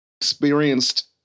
experienced